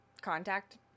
contact